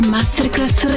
Masterclass